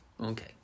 Okay